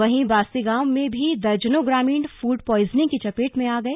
वहीं बास्ती गांव में भी दर्जनों ग्रामीण फूड प्वाइजनिंग की चपेट में आ गए